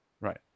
Right